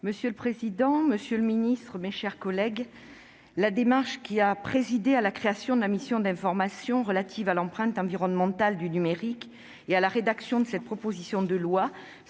Madame la présidente, monsieur le secrétaire d'État, mes chers collègues, la démarche qui a présidé à la création de la mission d'information sur l'empreinte environnementale du numérique et à la rédaction de cette proposition de loi